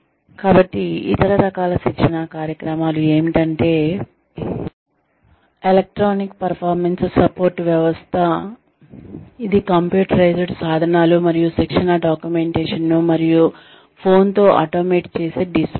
కాబట్టి ఇతర రకాల శిక్షణా కార్యక్రమాలు ఏమిటంటే ఎలక్ట్రానిక్ పెర్ఫార్మెన్స్ సపోర్టు వ్యవస్థ ఇది కంప్యూటరైజ్డ్ సాధనాలు మరియు శిక్షణ డాక్యుమెంటేషన్ ను మరియు ఫోన్ తో ఆటోమేట్ చేసే డిస్ప్లేలు